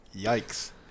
Yikes